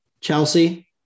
Chelsea